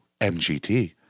MGT